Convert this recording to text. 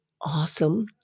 awesome